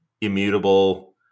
immutable